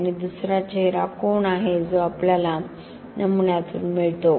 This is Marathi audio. आणि दुसरा चेहरा कोन आहे जो आपल्याला नमुन्यातून मिळतो